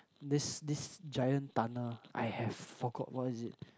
this this giant tunnel I have forgot what is it